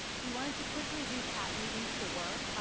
we wanted to quickly recap meeting four.